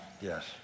Yes